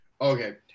okay